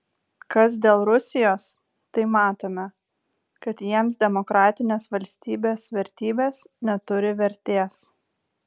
kas dėl rusijos tai matome kad jiems demokratinės valstybės vertybės neturi vertės